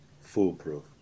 foolproof